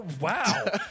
Wow